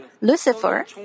Lucifer